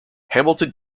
hamilton